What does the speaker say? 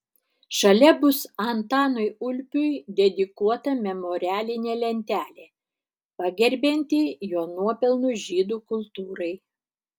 šalia bus antanui ulpiui dedikuota memorialinė lentelė pagerbianti jo nuopelnus žydų kultūrai